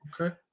okay